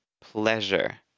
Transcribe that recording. pleasure